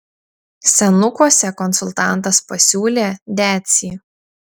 senukuose konsultantas pasiūlė decį